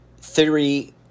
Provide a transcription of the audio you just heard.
Theory